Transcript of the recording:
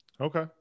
Okay